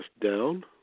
down